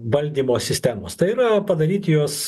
valdymo sistemos tai yra padaryt juos